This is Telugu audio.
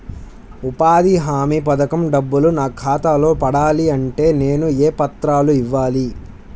ఉపాధి హామీ పథకం డబ్బులు నా ఖాతాలో పడాలి అంటే నేను ఏ పత్రాలు ఇవ్వాలి?